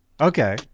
Okay